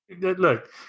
Look